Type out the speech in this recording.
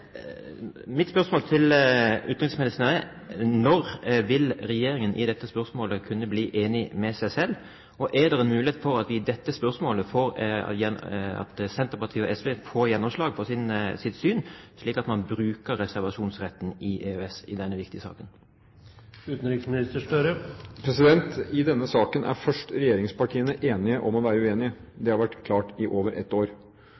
Mitt spørsmål til utenriksministeren er: Når vil regjeringen i dette spørsmålet kunne bli enig med seg selv? Er det en mulighet for at Senterpartiet og SV i dette spørsmålet får gjenomslag for sitt syn, slik at man bruker reservasjonsretten i EØS i denne viktige saken? I denne saken er regjeringspartiene enige om å være uenige. Det har vært klart i over ett år.